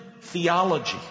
theology